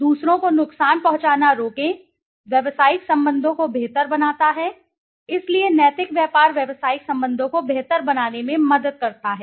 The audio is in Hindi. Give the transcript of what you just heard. दूसरों को नुकसान पहुंचाना रोकें व्यावसायिक संबंधों को बेहतर बनाता है इसलिए नैतिक व्यापार व्यावसायिक संबंधों को बेहतर बनाने में मदद करता है